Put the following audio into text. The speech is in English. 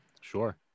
sure